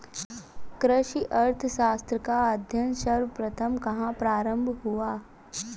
कृषि अर्थशास्त्र का अध्ययन सर्वप्रथम कहां प्रारंभ हुआ?